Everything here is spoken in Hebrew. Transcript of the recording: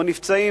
או נפצעים,